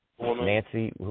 Nancy